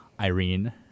Irene